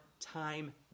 time